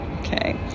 Okay